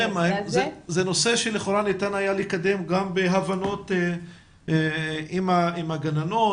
מצדכם זה נושא שלכאורה ניתן היה לקדם גם בהבנות עם הגננות?